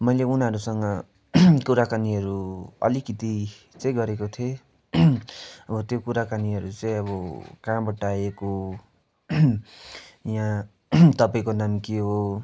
मैले उनीहरूसँग कुराकानीहरू अलिकति चाहिँ गरेको थिएँ अब त्यो कुराकानीहरू चाहिँ अब कहाँबाट आएको हो यहाँ तपाईँको नाम के हो